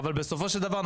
בסופו של דבר,